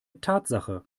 tatsache